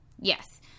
Yes